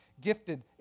gifted